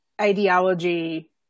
ideology